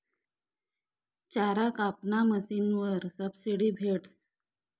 चारा कापाना मशीनवर सबशीडी भेटस